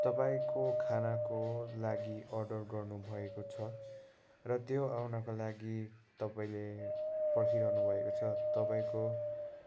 तपाईँको खानाको लागि अर्डर गर्नुभएको छ र त्यो आउनको लागि तपाईँले पर्खिरहनु भएको छ तपाईँको